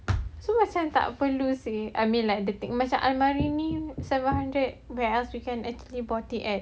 so macam tak perlu seh I mean like the thing macam almari ni seven hundred whereas we can actually bought it at